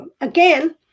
again